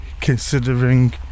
considering